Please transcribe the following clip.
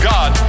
God